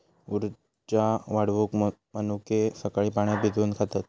उर्जा वाढवूक मनुके सकाळी पाण्यात भिजवून खातत